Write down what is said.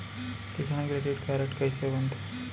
किसान credit card कइसे बनथे?